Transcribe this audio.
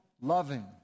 loving